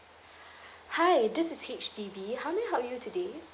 hi this is H_D_B how may I help you today